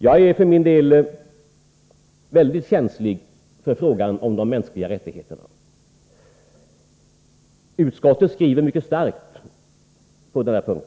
Jag är för min del mycket känslig för frågan om de mänskliga rättigheterna. Utskottet skriver mycket starkt på denna punkt.